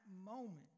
moment